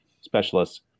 specialists